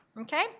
okay